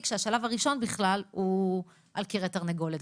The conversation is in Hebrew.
כשהשלב הראשון בכלל הוא על כרעי תרנגולת,